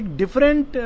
different